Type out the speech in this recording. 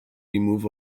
remove